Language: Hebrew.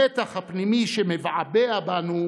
המתח הפנימי שמבעבע בנו